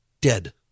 dead